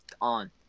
on